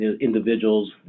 individuals